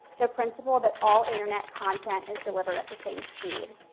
the principle that all internet content is delivered at the same speed.